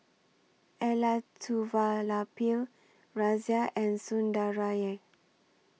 Elattuvalapil Razia and Sundaraiah